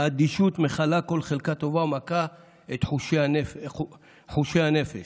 האדישות מכלה כל חלקה טובה ומקהה את חושי הנפש.